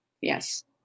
yes